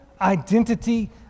identity